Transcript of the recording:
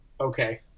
Okay